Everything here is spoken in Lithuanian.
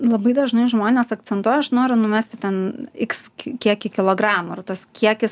labai dažnai žmonės akcentuoja aš noriu numesti ten iks kiekį kilogramų ir tas kiekis